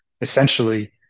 essentially